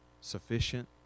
sufficient